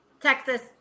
Texas